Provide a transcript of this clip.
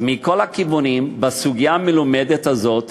אז מכל הכיוונים בסוגיה המלומדת הזאת